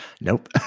Nope